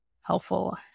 helpful